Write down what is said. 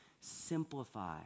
simplify